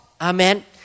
Amen